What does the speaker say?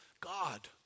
God